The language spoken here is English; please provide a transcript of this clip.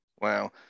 Wow